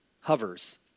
Hovers